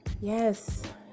yes